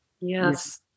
yes